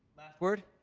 last word?